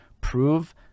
prove